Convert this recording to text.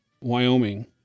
Wyoming